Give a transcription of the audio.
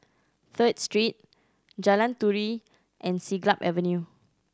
Third Street Jalan Turi and Siglap Avenue